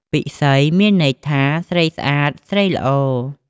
ពិសី មានន័យថាស្រីស្អាត ស្រីល្អ។